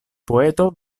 poeto